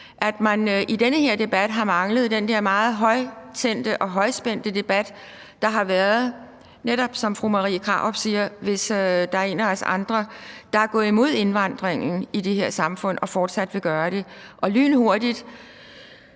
i den her debat har manglet den der meget højtændte og højspændte debat, hvor der, som fru Marie Krarup siger, hvis der er en af os andre, der er gået imod indvandringen i det her samfund og fortsat vil gøre det, så netop lynhurtigt